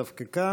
דווקא כאן.